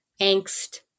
angst